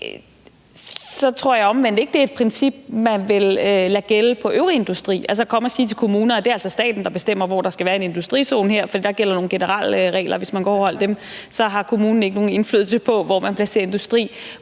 så tror jeg omvendt ikke, det er et princip, man vil lade gælde for den øvrige industri, altså komme og sige til kommunerne, at det er staten, der bestemmer, hvor der skal være en industrizone, fordi der gælder nogle generelle regler, og hvis man kan overholde dem, har kommunen ikke nogen indflydelse på, hvor man placerer industri.